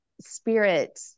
spirit